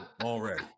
Already